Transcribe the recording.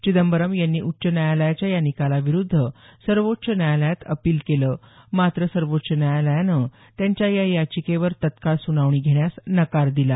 चिदंबरम यांनी उच्च न्यायालयाच्या या निकालाविरूद्ध सर्वोच्व न्यायालयात अपील केले मात्र सर्वोच्च न्यायालयानं त्यांच्या या याचिकेवर तत्काळ सुनावणी घेण्यास नकार दिला